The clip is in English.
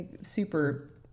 super